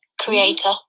creator